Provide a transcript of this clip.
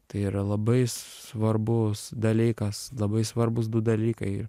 tai yra labai svarbus dalykas labai svarbūs du dalykai